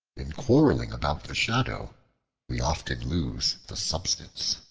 in quarreling about the shadow we often lose the substance.